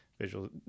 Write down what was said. visual